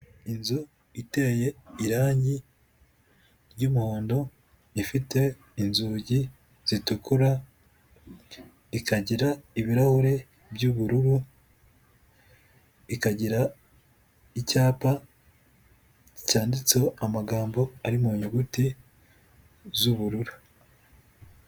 Inzu iteye irangi ry'umuhondo, ifite inzugi zitukura, ikagira ibirahure by'ubururu, ikagira icyapa cyanditseho amagambo ari mu nyuguti z'ubururu.